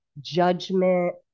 judgment